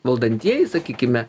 valdantieji sakykime